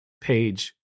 page